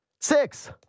Six